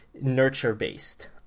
nurture-based